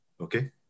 Okay